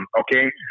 okay